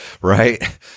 Right